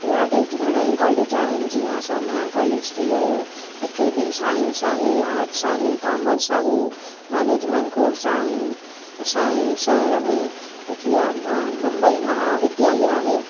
ॿिया बि घणेई कॉलेज आहिनि जीअं सोम्या कॉलेज थी वियो हुते बि साइंस आहे आर्ट्स आहे कॉमर्स आहे मैनेजमेंट कोर्स आहिनि असांजे शहर में मुंबई महाविद्यालय आहे